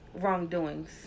wrongdoings